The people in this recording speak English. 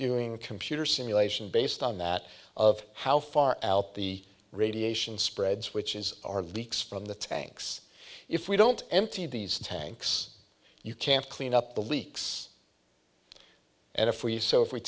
doing a computer simulation based on that of how far out the radiation spreads which is our leaks from the tanks if we don't empty these tanks you can't clean up the leaks and if we so if we